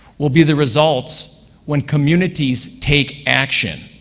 will be the result when communities take action.